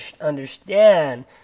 understand